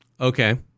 Okay